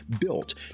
built